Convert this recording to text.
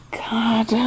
god